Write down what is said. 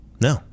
No